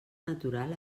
natural